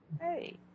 hey